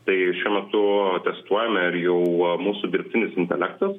tai šiuo metu testuojame ir jau mūsų dirbtinis intelektas